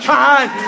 time